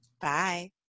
Bye